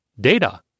Data